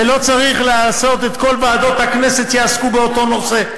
ולא צריך שכל ועדות הכנסת יעסקו באותו נושא.